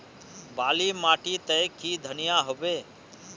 बाली माटी तई की धनिया होबे?